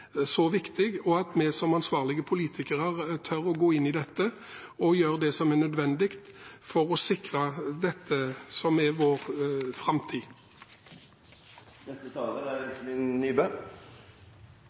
viktig, og at vi som ansvarlige politikere tør å gå inn i dette og gjøre det som er nødvendig for å sikre det som er vår framtid.